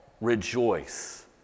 rejoice